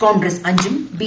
കോൺഗ്രസ് അഞ്ചും ബി